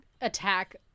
attack